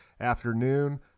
afternoon